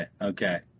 okay